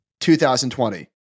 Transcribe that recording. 2020